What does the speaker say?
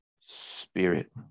spirit